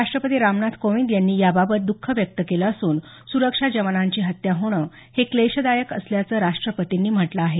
राष्ट्रपती रामनाथ कोविंद यांनी याबाबत दुख व्यक्त केलं असून सुरक्षा जवानांची हत्या होणं हे क्लेशदायक असल्याचं राष्ट्रपतींनी म्हटलं आहे